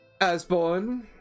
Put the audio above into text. Asborn